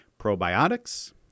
probiotics